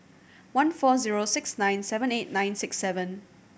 one four zero six nine seven eight nine six seven